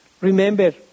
Remember